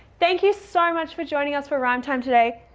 thank you so much for joining us for a rhyme time today.